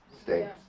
States